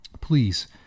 please